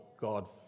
God